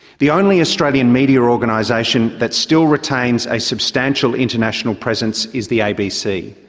the only australian media organisation that still retains a substantial international presence is the abc,